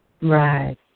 Right